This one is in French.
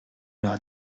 leur